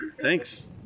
thanks